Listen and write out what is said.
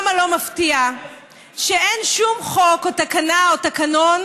כמה לא מפתיע שאין שום חוק או תקנה או תקנון